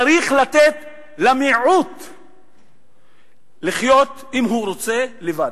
צריך לתת למיעוט לחיות, אם הוא רוצה, לבד.